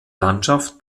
landschaft